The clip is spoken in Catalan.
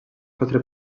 quatre